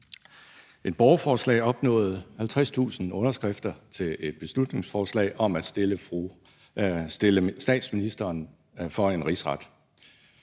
et borgerforslag i dag har opnået 50.000 underskrifter til et beslutningsforslag om at stille statsministeren for en rigsret.